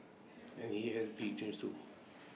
and he has big dreams too